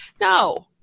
No